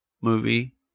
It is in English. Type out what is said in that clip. movie